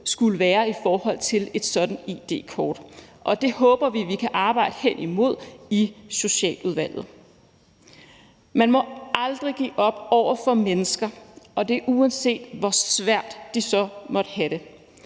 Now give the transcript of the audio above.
skulle være, og det håber vi at vi kan arbejde hen imod i Socialudvalget. Man må aldrig give op over for mennesker, og det er, uanset hvor svært de så måtte have det.